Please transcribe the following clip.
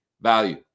value